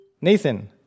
Nathan